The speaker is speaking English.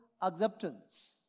acceptance